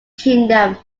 kingdom